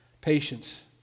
Patience